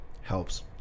helps